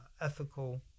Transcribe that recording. ethical